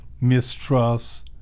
mistrust